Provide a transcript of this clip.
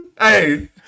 Hey